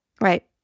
right